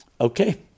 Okay